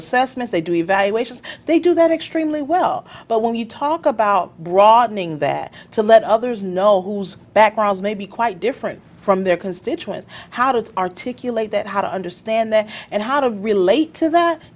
assessments they do evaluations they do that extremely well but when you talk about broadening that to let others know whose background may be quite different from their constituents how to articulate that how to understand them and how to relate to that